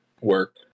work